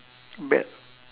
bad